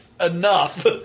enough